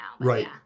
Right